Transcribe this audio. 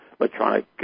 electronic